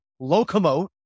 locomote